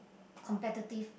competitive